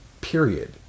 period